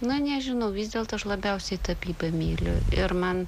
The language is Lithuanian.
na nežinau vis dėlto aš labiausiai tapybą myliu ir man